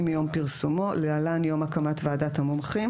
מיום פרסומו (להלן יום הקמת ועדת המומחים),